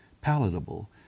palatable